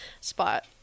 spot